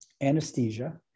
anesthesia